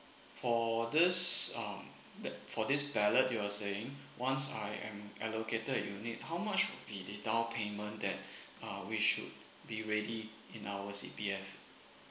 for this um that for this ballot you are saying once I am allocated unit how much would be the down payment that uh we should be ready in our C_P_F